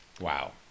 Wow